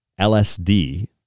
LSD